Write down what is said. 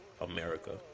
America